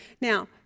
Now